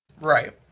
Right